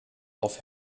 auf